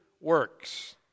works